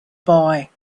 boy